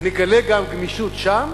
נגלה גם גמישות שם?